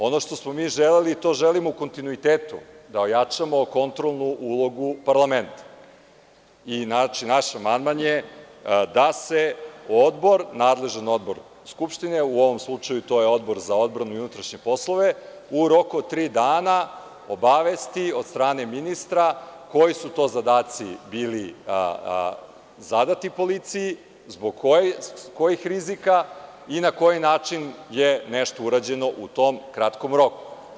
Ono što smo mi želeli i to želimo u kontinuitetu, da ojačamo kontrolnu ulogu parlamenta i naš amandman je da se odbor, nadležan odbor Skupštine, u ovom slučaju to je Odbor za odbranu i unutrašnje poslove u roku od tri dana obavesti od strane ministra koji su to zadaci bili zadati policiji, zbog kojih rizika i na koji način je nešto urađeno u tom kratkom roku.